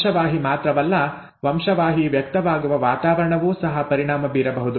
ವಂಶವಾಹಿ ಮಾತ್ರವಲ್ಲ ವಂಶವಾಹಿ ವ್ಯಕ್ತವಾಗುವ ವಾತಾವರಣವೂ ಸಹ ಪರಿಣಾಮ ಬೀರಬಹುದು